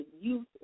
youth